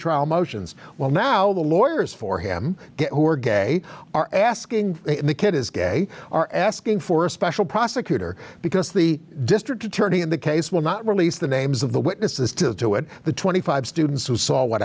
pretrial motions well now the lawyers for him who are gay are asking if the kid is gay or asking for a special prosecutor because the district attorney in the case will not release the names of the witnesses to the twenty five students who saw what